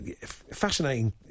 fascinating